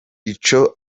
ico